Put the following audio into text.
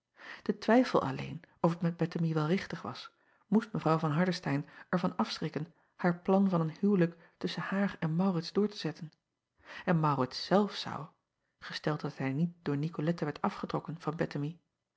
e twijfel alleen of het met ettemie wel richtig was moest w van ardestein er van afschrikken haar plan van een huwlijk tusschen haar en aurits door te zetten en aurits zelf zou gesteld dat hij niet door icolette werd afgetrokken van